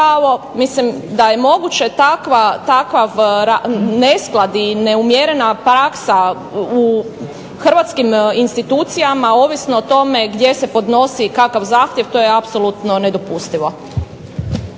pravo, da je moguće takav nesklad i neumjerena praksa u institucijama ovisno o tome gdje se podnosi i kakav zahtjev to je apsolutno nedopustivo.